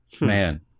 Man